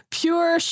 pure